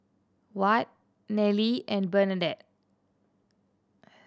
Ward Nelly and Bernadette